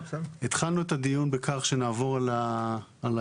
התחלנו את הדיון בכך שנעבור על ההערות